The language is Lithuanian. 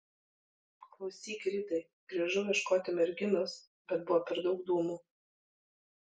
klausyk ridai grįžau ieškoti merginos bet buvo per daug dūmų